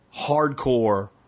hardcore